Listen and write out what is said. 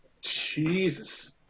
Jesus